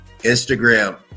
instagram